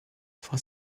for